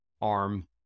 arm